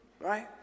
right